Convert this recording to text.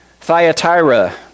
Thyatira